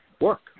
work